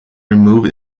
remove